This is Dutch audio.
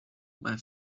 mijn